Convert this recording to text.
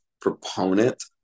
proponent